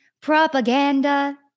propaganda